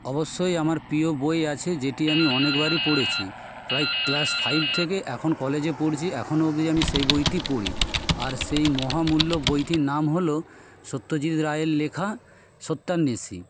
অবশ্যই আমার প্রিয় বই আছে যেটি আমি অনেক বারই পড়েছি প্রায় ক্লাস ফাইভ থেকে এখন কলেজে পড়ছি এখনও অব্দি আমি সেই বইটি পড়ি আর সেই মহামূল্য বইটির নাম হল সত্যজিৎ রায়ের লেখা সত্যান্বেষী